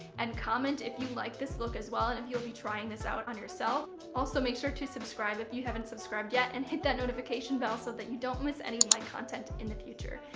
and comment if you like this look as well, and if you will be trying this out on yourself. also, make sure to subscribe if you haven't subscribed yet, and hit that notification bell, so that you don't miss any of my content in the future.